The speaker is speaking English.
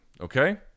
Okay